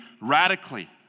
radically